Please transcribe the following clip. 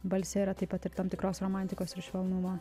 balse yra taip pat ir tam tikros romantikos ir švelnumo